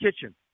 Kitchen